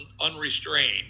unrestrained